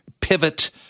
pivot